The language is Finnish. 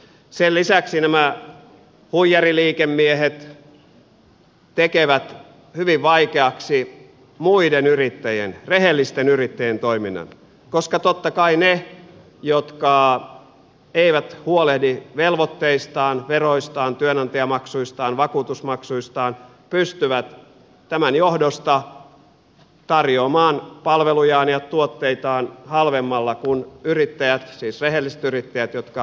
sen lisäksi nämä huijariliikemiehet tekevät hyvin vaikeaksi muiden yrittäjien rehellisten yrittäjien toiminnan koska totta kai ne jotka eivät huolehdi velvoitteistaan veroistaan työnantajamaksuistaan vakuutusmaksuistaan pystyvät tämän johdosta tarjoamaan palvelujaan ja tuotteitaan halvemmalla kuin yrittäjät siis rehelliset yrittäjät jotka huolehtivat velvoitteistaan